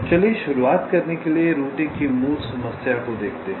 तो चलिए शुरुआत करने के लिए रूटिंग की मूल समस्या देखते हैं